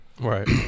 Right